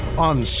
On